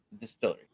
Distillery